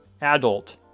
adult